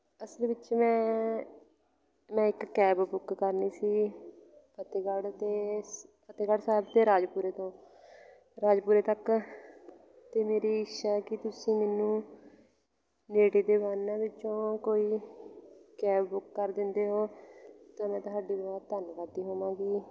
ਅਸਲ ਵਿੱਚ ਮੈਂ ਮੈਂ ਇੱਕ ਕੈਬ ਬੁੱਕ ਕਰਨੀ ਸੀ ਫਤਿਹਗੜ੍ਹ ਅਤੇ ਫਤਿਹਗੜ੍ਹ ਸਾਹਿਬ ਅਤੇ ਰਾਜਪੁਰੇ ਤੋਂ ਰਾਜਪੁਰੇ ਤੱਕ ਅਤੇ ਮੇਰੀ ਇੱਛਾ ਕਿ ਤੁਸੀਂ ਮੈਨੂੰ ਨੇੜੇ ਦੇ ਵਾਹਨਾਂ ਵਿੱਚੋਂ ਕੋਈ ਕੈਬ ਬੁੱਕ ਕਰ ਦਿੰਦੇ ਹੋ ਤਾਂ ਮੈਂ ਤੁਹਾਡੀ ਬਹੁਤ ਧੰਨਵਾਦੀ ਹੋਵਾਂਗੀ